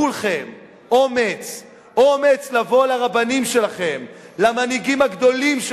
ולכן גם אני וגם ילדי הולכים בדרך זו,